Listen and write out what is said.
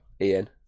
Ian